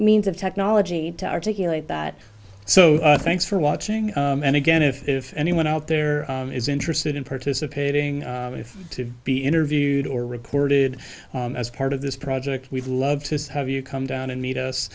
means of technology to articulate that so thanks for watching and again if anyone out there is interested in participating to be interviewed or reported as part of this project we'd love to have you come down and meet us